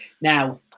Now